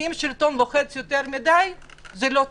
כי אם השלטון לוחץ יותר מדי זה לא טוב.